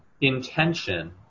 intention